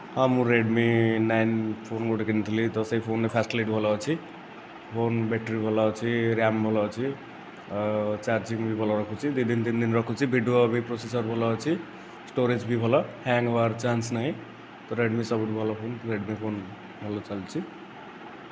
ହଁ ମୁଁ Redmi nine phone ଗୋଟିଏ କିଣିଥିଲି ତ ସେ ଫୋନରେ ଫ୍ୟାସିଲିଟି ଭଲ ଅଛି ଫୋନ ବ୍ୟାଟେରୀ ଭଲ ଅଛି ରାମ୍ ଭଲ ଅଛି ଚାର୍ଜିଂ ବି ଭଲରଖୁଛି ଦୁଇ ଦିନ ତିନି ଦିନ ରଖୁଛି ଭିଡ଼ିଓ ବି ପ୍ରୋସେସର୍ ଭଲ ଅଛି ଷ୍ଟୋରେଜ୍ ବି ଭଲ ହ୍ୟାଙ୍ଗ ହେବାର ଚାନ୍ସ ନାହିଁ ତ ରେଡ଼୍ ମି ସବୁଠୁ ଭଲ ଫୋନ ରେଡ଼୍ ମି ଫୋନ ଭଲ ଚାଲୁଛି